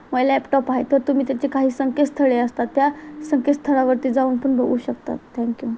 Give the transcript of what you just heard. माझा लॅपटॉप आहे तर तुम्ही त्याची काही संकेतस्थळे असतात त्या संकेस्थळावरती जाऊन पण बघू शकतात थँक यू